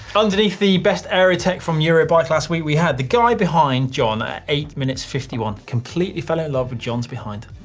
underneath the best aero tech from eurobike last week, we had the guy behind jon at eight fifty one. completely fell in love with jon's behind.